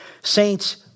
Saints